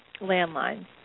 landline